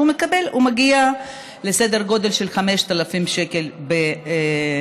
מקבל הוא מגיע לסדר גודל של 5,000 שקל בחודש.